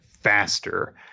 faster